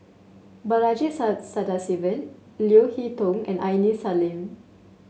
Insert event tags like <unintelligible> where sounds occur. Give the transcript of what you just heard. Balaji <unintelligible> Sadasivan Leo Hee Tong and Aini Salim